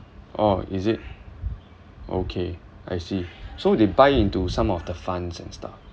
oh is it okay I see so they buy into some of the funds and stuff